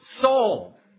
soul